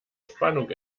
spannung